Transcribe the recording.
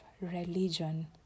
religion